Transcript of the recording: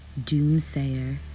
doomsayer